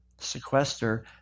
sequester